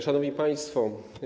Szanowni Państwo!